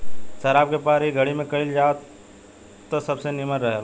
शराब के व्यापार इ घड़ी में कईल जाव त सबसे निमन रहेला